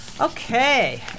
Okay